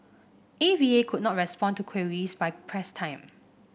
A V A could not respond to queries by press time